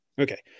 okay